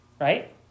right